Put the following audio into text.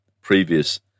previous